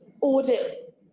audit